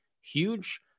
huge